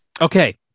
Okay